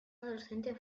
adolescente